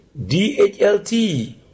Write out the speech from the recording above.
DHLT